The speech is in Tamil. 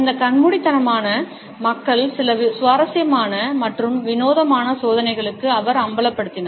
இந்த கண்மூடித்தனமான மக்களை சில சுவாரஸ்யமான மற்றும் வினோதமான சோதனைகளுக்கு அவர் அம்பலப்படுத்தினார்